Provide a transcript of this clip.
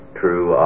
true